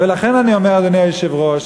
ולכן אני אומר, אדוני היושב-ראש,